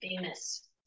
famous